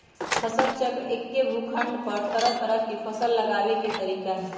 फसल चक्र एक्के भूखंड पर तरह तरह के फसल लगावे के तरीका हए